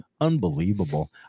Unbelievable